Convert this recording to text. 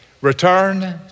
Return